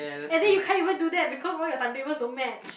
and then you can't even do that because all your timetables don't match